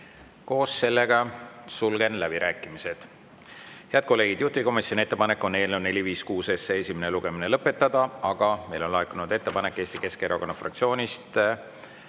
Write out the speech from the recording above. tänu teile! Sulgen nüüd läbirääkimised. Head kolleegid, juhtivkomisjoni ettepanek on eelnõu 456 esimene lugemine lõpetada, aga meile on laekunud ettepanek Eesti Keskerakonna fraktsioonilt.